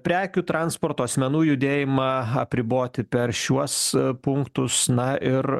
prekių transporto asmenų judėjimą apriboti per šiuos punktus na ir